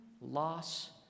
loss